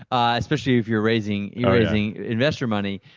especially if you're raising you're raising investor money,